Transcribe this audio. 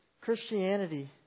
Christianity